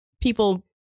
people